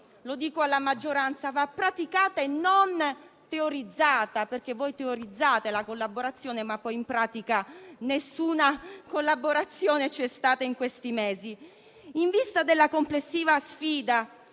lo dico alla maggioranza - e non teorizzata, perché voi teorizzate la collaborazione, ma poi in pratica nessuna collaborazione c'è stata in questi mesi. In vista della complessiva sfida